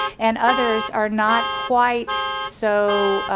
and others are not quite so